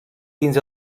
fins